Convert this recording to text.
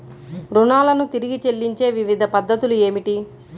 రుణాలను తిరిగి చెల్లించే వివిధ పద్ధతులు ఏమిటి?